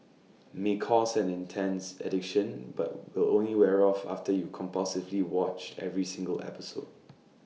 may cause an intense addiction but will only wear off after you have compulsively watched every single episode